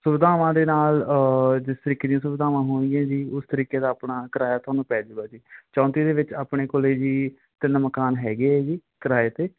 ਸੁਵਿਧਾਵਾਂ ਦੇ ਨਾਲ ਜਿਸ ਤਰੀਕੇ ਦੀਆਂ ਸੁਵਿਧਾਵਾਂ ਹੋਣਗੀਆਂ ਜੀ ਉਸ ਤਰੀਕੇ ਦਾ ਆਪਣਾ ਕਿਰਾਇਆ ਤੁਹਾਨੂੰ ਪੈ ਜੂਗਾ ਜੀ ਚੋਂਤੀ ਦੇ ਵਿੱਚ ਆਪਣੇ ਕੋਲ ਜੀ ਤਿੰਨ ਮਕਾਨ ਹੈਗੇ ਆ ਜੀ ਕਿਰਾਏ 'ਤੇ